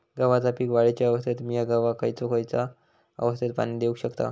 गव्हाच्या पीक वाढीच्या अवस्थेत मिया गव्हाक खैयचा खैयचा अवस्थेत पाणी देउक शकताव?